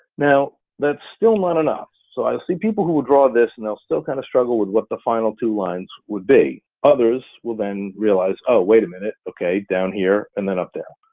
now, that's still not enough. so i see people who will draw this and they'll still kind of struggle with what the final two lines would be. others will then realize, oh, wait a minute, okay, down here and then up there,